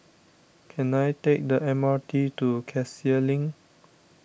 can I take the M R T to Cassia Link